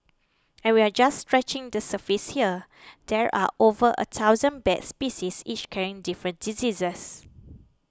and we're just scratching the surface here there are over a thousand bat species each carrying different diseases